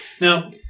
Now